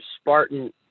spartan